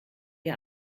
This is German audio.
ihr